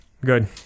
good